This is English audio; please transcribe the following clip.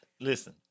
Listen